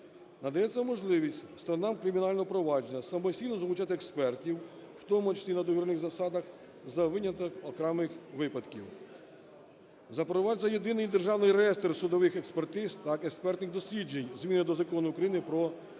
Надається можливість сторонами кримінального провадження самостійно залучати експертів, в тому числі на договірних засадах, за винятком окремих випадків. Запроваджується Єдиний державний реєстр судових експертиз та експертних досліджень, зміни до Закону України "Про судову